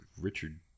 Richard